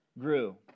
grew